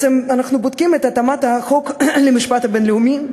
אנחנו בודקים את התאמת החוק למשפט הבין-לאומי,